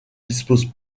dispose